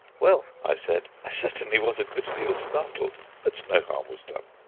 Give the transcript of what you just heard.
well, i said, i certainly was a good deal startled, but no harm was done.